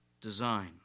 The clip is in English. design